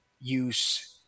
use